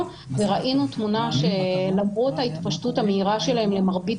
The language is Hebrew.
וראינו תמונה שלמרות ההתפשטות המהירה שלהם למרבית